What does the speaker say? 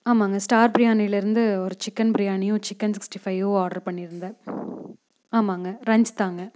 ஆமாங்க ஸ்டார் பிரியாணிலேருந்து ஒரு சிக்கன் பிரியாணியும் சிக்கன் சிக்ஸிட்டி ஃபையும் ஆர்டரு பண்ணியிருந்தேன் ஆமாங்க ரன்ச் தாங்க